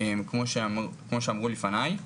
כמו שאמרו לפניי.